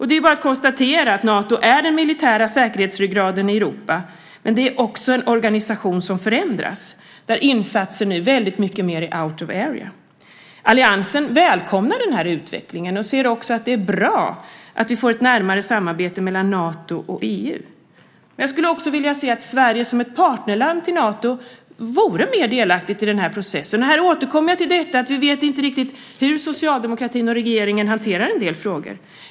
Det är bara att konstatera: Nato är den militära säkerhetsryggraden i Europa. Men det är också en organisation som förändras, där insatserna nu är väldigt mycket mer out of area. Alliansen välkomnar denna utveckling och ser också att det är bra att vi får ett närmare samarbete mellan Nato och EU. Men jag skulle också vilja se att Sverige som ett partnerland till Nato vore mer delaktigt i den här processen. Här återkommer jag till att vi inte riktigt vet hur socialdemokratin och regeringen hanterar en del frågor.